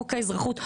חוק האזרחות,